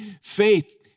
faith